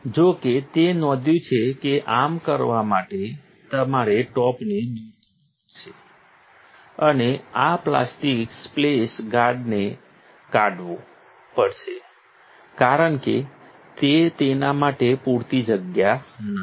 જો કે તે નોંધ્યું છે કે આમ કરવા માટે તમારે ટોપને દૂર કરવું પડશે અને આ પ્લાસ્ટિક સ્પ્લેશ ગાર્ડને કાઢવુ પડશે કારણ કે તે તેના માટે પૂરતી જગ્યા નથી